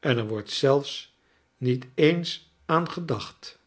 en er wordt zelfs niet eens aan gedacht